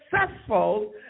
successful